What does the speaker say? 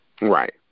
Right